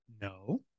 No